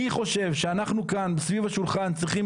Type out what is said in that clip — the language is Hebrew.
אני חושב שאנחנו כאן סביב השולחן צריכים